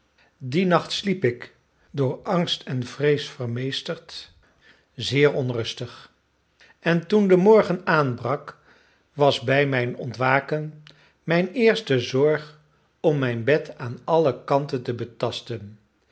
dien nacht sliep ik door angst en vrees vermeesterd zeer onrustig en toen de morgen aanbrak was bij mijn ontwaken mijn eerste zorg om mijn bed aan alle kanten te betasten